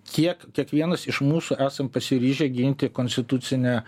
kiek kiekvienas iš mūsų esam pasiryžę ginti konstitucinę